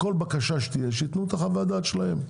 כל בקשה שתהיה שיתנו את חוות הדעת שלהם,